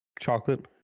Chocolate